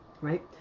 Right